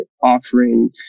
offering